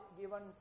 given